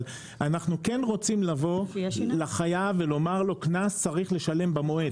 אנחנו כן רוצים לבוא לחייב ולומר לו קנס צריך לשלם במועד.